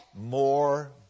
more